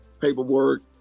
paperwork